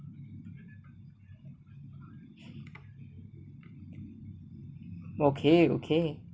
okay okay